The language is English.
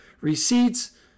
Receipts